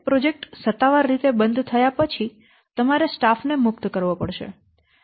હવે પ્રોજેક્ટ સત્તાવાર રીતે બંધ થયા પછી તમારે સ્ટાફ ને મુક્ત કરવો પડશે